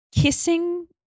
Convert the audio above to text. kissing